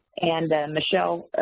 and michelle,